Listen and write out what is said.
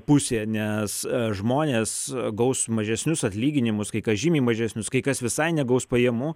pusė nes žmonės gaus mažesnius atlyginimus kai kas žymiai mažesnius kai kas visai negaus pajamų